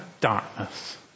darkness